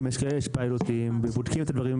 יש ביקורת